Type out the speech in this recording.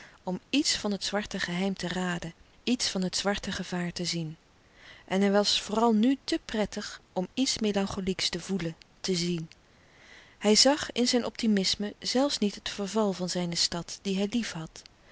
om iets van het zwarte geheim te raden iets van het zwarte gevaar te zien en hij was vooral nu te prettig om iets melancholieks te voelen te zien hij zag in zijn optimisme zelfs niet het verval van zijne stad die hij liefhad